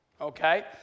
Okay